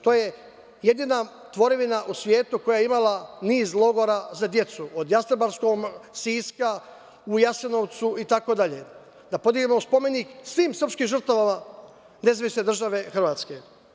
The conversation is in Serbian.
To je jedina tvorevina u svetu koja je imala niz logora za decu, od Jastrebarskog, Siska, u Jasenovcu, itd, da podignemo spomenik svim srpskim žrtvama NDH.